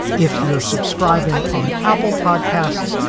if you're subscribing on apple podcasts,